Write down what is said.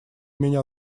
меня